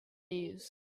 news